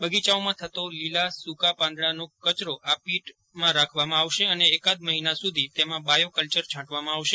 બગીયાઓમાં થતો લીલા સૂકા પાંદડાનો કચરો આ પીટમાં રાખવામાં આવશે અને એકાદ મહિના સુધી તેમાં બાયો કલ્યર છાંટવામાં આવશે